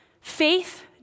Faith